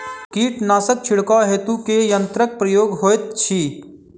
कीटनासक छिड़काव हेतु केँ यंत्रक प्रयोग होइत अछि?